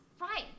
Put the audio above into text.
Right